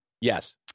Yes